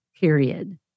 Period